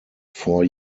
four